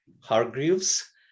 Hargreaves